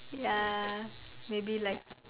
ya maybe like